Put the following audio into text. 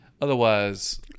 Otherwise